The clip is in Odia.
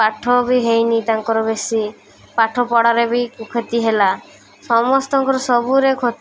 ପାଠ ବି ହେଇନି ତାଙ୍କର ବେଶୀ ପାଠପଢ଼ାରେ ବି କ୍ଷତି ହେଲା ସମସ୍ତଙ୍କର ସବୁରେ